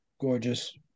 gorgeous